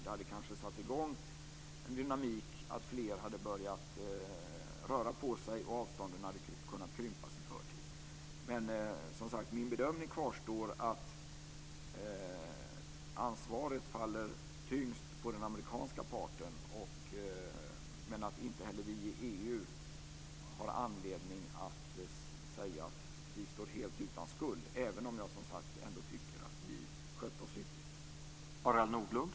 Det hade kanske satt i gång en dynamik så att fler hade börjat röra på sig och avstånden hade kunnat krympas i förtid. Min bedömning kvarstår att ansvaret faller tyngst på den amerikanska parten. Men inte heller vi i EU har anledning att säga att vi står helt utan skuld, även om jag tycker att vi skötte oss hyggligt.